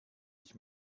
ich